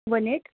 one eight